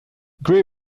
grays